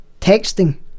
texting